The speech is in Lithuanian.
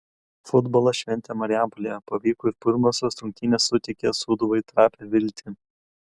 futbolo šventė marijampolėje pavyko ir pirmosios rungtynės suteikia sūduvai trapią viltį